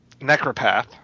Necropath